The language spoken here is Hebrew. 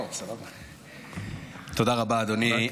תודה רבה, אדוני.